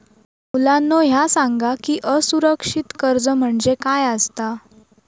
मुलांनो ह्या सांगा की असुरक्षित कर्ज म्हणजे काय आसता?